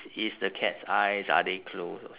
is is the cat's eyes are they closed